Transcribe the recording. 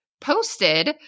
posted